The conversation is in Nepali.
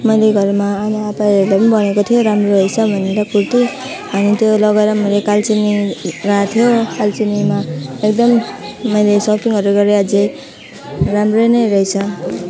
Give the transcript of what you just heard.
मैले घरमा अनि आपाहरूलाई पनि भनेको थिएँ राम्रो रहेछ भनेर कुर्ती अनि त्यो लगाएर मैले कालचिनी गएको थियो कालचिनीमा एकदम मैले सपिङहरू गरेँ अझै राम्रै नै रहेछ